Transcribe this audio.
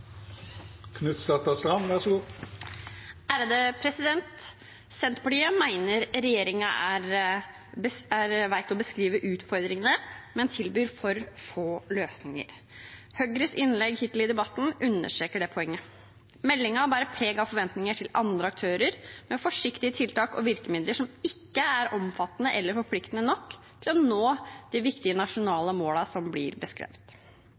Senterpartiet mener regjeringen vet å beskrive utfordringene, men tilbyr for få løsninger. Høyres innlegg hittil i debatten understreker det poenget. Meldingen bærer preg av forventninger til andre aktører, men forsiktige tiltak og virkemidler som ikke er omfattende eller forpliktende nok til å nå de viktige nasjonale målene som blir beskrevet.